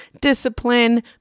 discipline